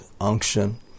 unction